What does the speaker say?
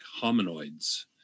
hominoids